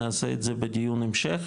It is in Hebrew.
נעשה את זה בדיון המשך,